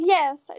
Yes